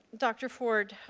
dr. ford,